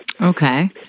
Okay